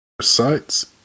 sites